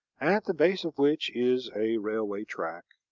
at the base of which is a railway track.